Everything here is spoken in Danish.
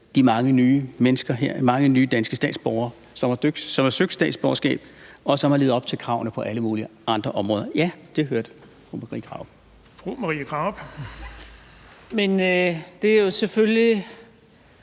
her mange nye mennesker, de mange nye danske statsborgere, som har søgt statsborgerskab, og som har levet op til kravene på alle mulige andre områder. Ja, det hørte fru Marie Krarup. Kl. 14:02 Den fg.